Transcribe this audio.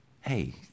Hey